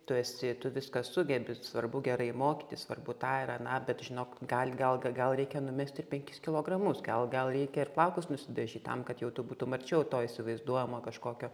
tu esi tu viską sugebi svarbu gerai mokytis svarbu tą ir aną bet žinok gali gal gal reikia numesti ir penkis kilogramus gal gal reikia ir plaukus nusidažyt tam kad jau tu būtum arčiau to įsivaizduojamo kažkokio